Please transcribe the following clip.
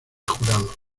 jurado